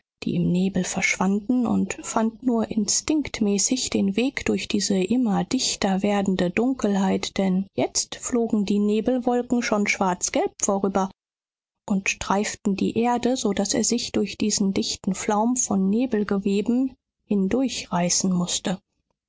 die im nebel verschwanden und fand nur instinktmäßig den weg durch diese immer dichter werdende dunkelheit denn jetzt flogen die nebelwolken schon schwarzgelb vorüber und streiften die erde so daß er sich durch diesen dichten flaum von nebelgeweben hindurchreißen mußte